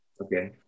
Okay